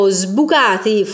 sbucati